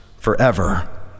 forever